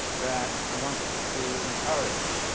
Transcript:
that i want to encourage.